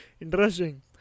interesting